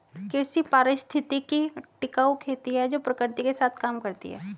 कृषि पारिस्थितिकी टिकाऊ खेती है जो प्रकृति के साथ काम करती है